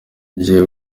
gihe